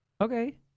Okay